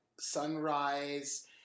sunrise